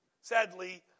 Sadly